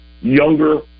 younger